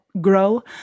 grow